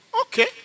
Okay